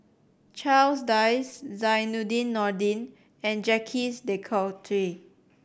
Charles Dyce Zainudin Nordin and Jacques De Coutre